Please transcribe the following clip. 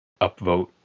Upvote